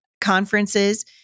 conferences